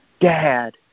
Dad